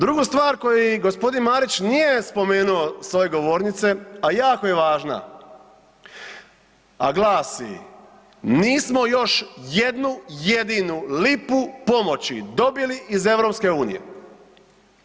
Drugu stvar koju g. Marić nije spomenuo s ove govornice a jako je važna a glasi nismo još jednu jedinu lipu pomoći dobili iz EU-a.